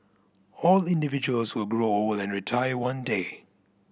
all individuals will grow old and retire one day